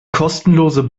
kostenlose